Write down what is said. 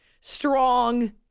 strong